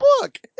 book